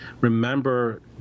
remember